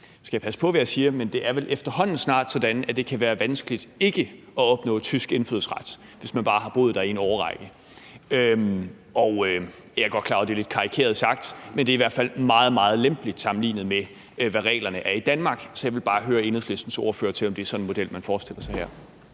nu skal jeg passe på med, hvad jeg siger – efterhånden snart sådan, at det kan være vanskeligt ikke at opnå tysk indfødsret, hvis man bare har boet der i en årrække. Jeg er godt klar over, at det er lidt karikeret sagt, men det er i hvert fald meget, meget lempeligt sammenlignet med, hvad reglerne er i Danmark. Så jeg vil bare høre Enhedslistens ordfører, om det er sådan en model, man forestiller sig her.